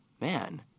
man